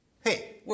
Hey